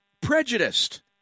prejudiced